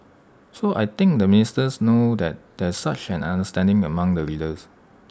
so I think the ministers know that there is such an understanding among the leaders